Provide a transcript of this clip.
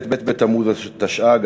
ב' בתמוז התשע"ג,